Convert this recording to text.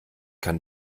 kann